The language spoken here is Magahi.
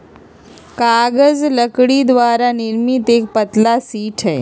कागज लकड़ी द्वारा निर्मित एक पतला शीट हई